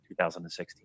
2016